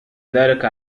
ذلك